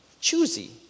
Choosy